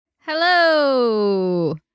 Hello